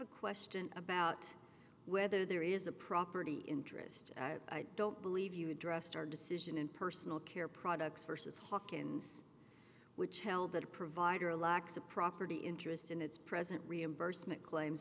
a question about whether there is a property interest i don't believe you addressed our decision in personal care products versus hawkins which held that provider lacks a property interest in its present reimbursement claims